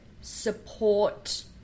support